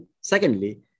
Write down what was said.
secondly